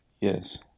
Yes